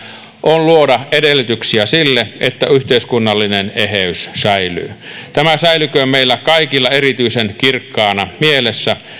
on luoda edellytyksiä sille että yhteiskunnallinen eheys säilyy tämä säilyköön meillä kaikilla erityisen kirkkaana mielessä